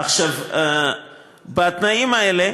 בתנאים האלה,